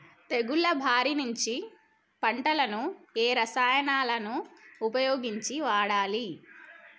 తెగుళ్ల బారి నుంచి పంటలను ఏ రసాయనాలను ఉపయోగించి కాపాడాలి?